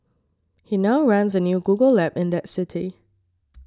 he now runs a new Google lab in that city